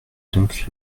donc